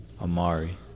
Amari